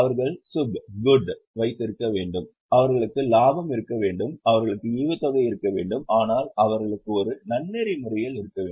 அவர்கள் SHUBH வைத்திருக்க வேண்டும் அவர்களுக்கு லாபம் இருக்க வேண்டும் அவர்களுக்கு ஈவுத்தொகை இருக்க வேண்டும் ஆனால் அவர்களுக்கு ஒரு நன்னெறி முறையில் இருக்க வேண்டும்